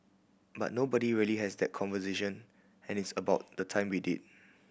but nobody really has that conversation and it's about the time we did